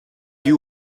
you